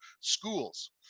schools